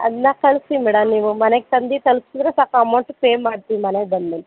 ಅದನ್ನ ಕಳಿಸಿ ಮೇಡಮ್ ನೀವು ಮನೆಗೆ ತಂದು ತಲುಪ್ಸಿದ್ರೆ ಸಾಕು ಅಮೌಂಟ್ ಪೇ ಮಾಡ್ತೀವಿ ಮನೆಗೆ ಬಂದ್ಮೇಲೆ